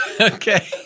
Okay